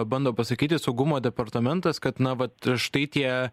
bando pasakyti saugumo departamentas kad na vat štai tie